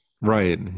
Right